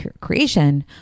creation